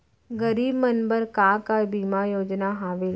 गरीब मन बर का का बीमा योजना हावे?